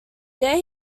there